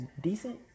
decent